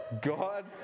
God